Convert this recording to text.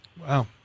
Wow